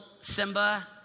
Simba